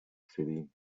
city